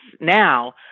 now